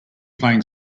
playing